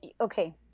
okay